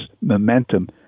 momentum